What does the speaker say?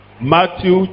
Matthew